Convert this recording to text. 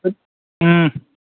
ओम